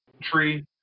Tree